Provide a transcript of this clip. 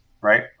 right